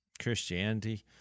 Christianity